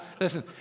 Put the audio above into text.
Listen